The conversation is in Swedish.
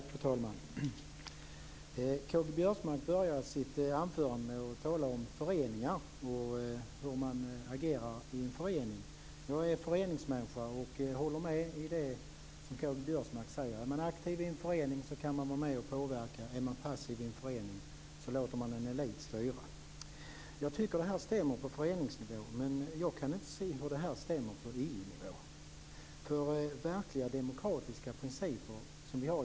Fru talman! Karl-Göran Biörsmark började sitt anförande med att tala om föreningar och hur man agerar i en förening. Jag är föreningsmänniska och håller med om det som Karl-Göran Biörsmark sade. Om man är aktiv i en förening kan man vara med och påverka. Om man är passiv i en förening låter man en elit styra. Jag tycker att det stämmer på föreningsnivå, men jag kan inte se att det stämmer på EU-nivå. I föreningar har vi verkliga demokratiska principer.